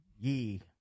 ye